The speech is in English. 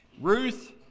Ruth